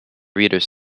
readers